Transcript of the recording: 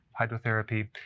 hydrotherapy